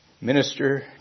Minister